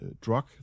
drug